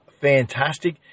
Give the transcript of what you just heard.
fantastic